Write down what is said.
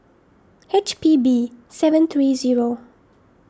H P B seven three zero